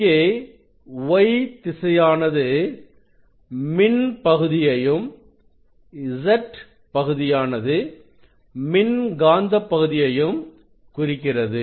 இங்கே y திசையானது பின்பகுதியையும் z பகுதியானது காந்த பகுதியையும் குறிக்கிறது